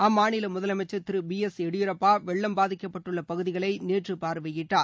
அம்மாநில முதலமைச்சர் திரு பி எஸ் எடியூரப்பா வெள்ளம் பாதிக்கப்பட்டுள்ள பகுதிகளை நேற்று பார்வையிட்டார்